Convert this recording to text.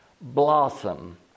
blossom